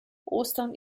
ostern